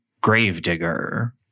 Gravedigger